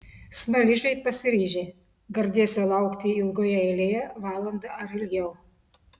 smaližiai pasiryžę gardėsio laukti ilgoje eilėje valandą ar ilgiau